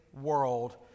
world